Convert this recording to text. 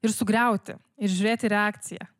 ir sugriauti ir žiūrėti reakciją